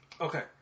Okay